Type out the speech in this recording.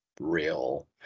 real